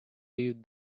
live